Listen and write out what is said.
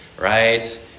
right